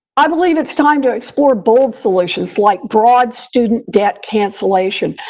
i believe it's time to explore bold solutions like broad student debt cancellation.